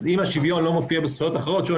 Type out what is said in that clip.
אז אם השוויון לא מופיעה מקום אחר שוב,